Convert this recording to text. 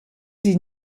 die